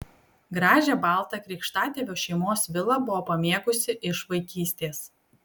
gražią baltą krikštatėvio šeimos vilą buvo pamėgusi iš vaikystės